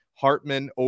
Hartman